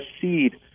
seed